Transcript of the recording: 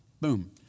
Boom